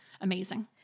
amazing